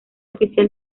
oficial